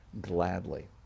gladly